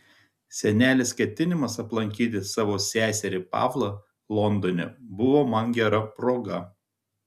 senelės ketinimas aplankyti savo seserį pavlą londone buvo man gera proga